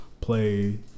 play